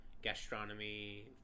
gastronomy